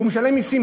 הוא משלם מסים,